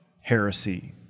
heresy